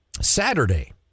Saturday